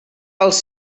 els